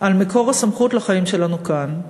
על מקור הסמכות לחיים שלנו כאן.